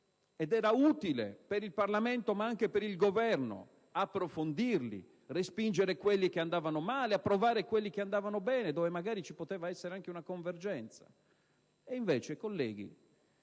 ed era utile per il Parlamento, ma anche per il Governo, approfondirli, respingere quelli che andavano male, approvare quelli che andavano bene e quelli per i quali magari ci poteva essere una convergenza.